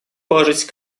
положить